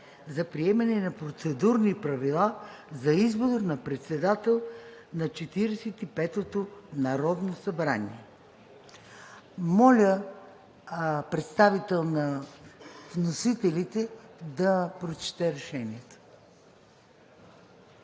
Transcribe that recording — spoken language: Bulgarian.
за приемане на Процедурни правила за избор на председател на Четиридесет и петото народно събрание. Моля представител на вносителите да прочете Решението.